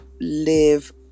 live